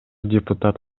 депутат